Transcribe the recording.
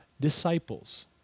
disciples